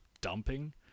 dumping